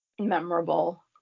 memorable